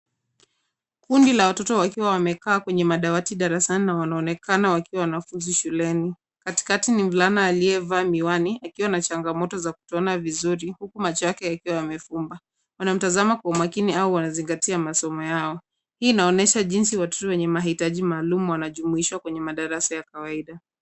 Kundi la watoto wakiwa wamekaa kwenye madawati darasani na wanaonekana wakiwa wanafunzi shuleni, katikati mvulana aliyevaa miwani akiwa na changamoto za kutoona vizuri, huku macho yake yakiwa yamefumba. Wanamtazama kwa makini au wanazingatia masomo yao. Hii inaonyesha jinsi watoto wenye mahitaji maalum wanajumuishwa kwenye madarasa ya kawaida.